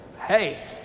hey